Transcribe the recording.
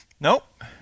nope